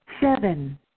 seven